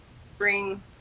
spring